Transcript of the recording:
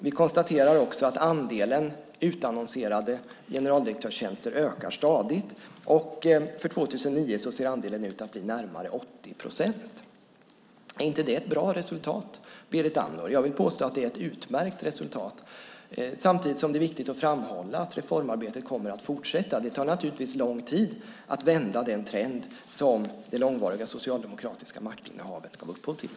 Vi konstaterar också att andelen utannonserade generaldirektörstjänster ökar stadigt. För 2009 ser andelen ut att bli närmare 80 procent. Är inte det ett bra resultat, Berit Andnor? Jag vill påstå att det är ett utmärkt resultat samtidigt som det är viktigt att framhålla att reformarbetet kommer att fortsätta. Det tar naturligtvis lång tid att vända den trend som det långvariga socialdemokratiska maktinnehavet gav upphov till.